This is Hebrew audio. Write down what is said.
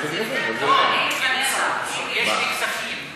יש לי כספים,